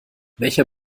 welcher